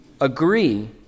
Agree